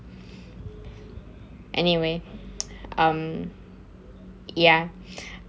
anyway um ya